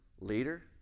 leader